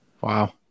Wow